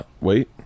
wait